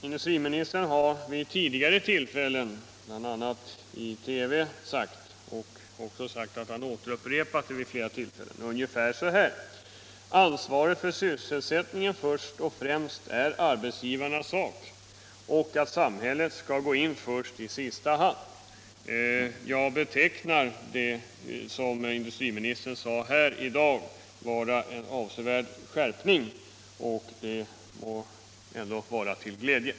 Industriministern har vid upprepade tillfällen, bl.a. i TV, anfört att ansvaret för sysselsättningen först och främst är arbetsgivarnas sak och att samhället skall gå in i sista hand. Jag betecknar det som industriministern sade här i dag som en avsevärd skärpning, och det må ändå vara till glädje.